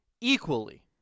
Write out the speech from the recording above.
equally